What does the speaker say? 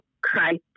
Christ